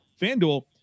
FanDuel